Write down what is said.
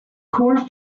core